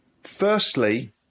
Firstly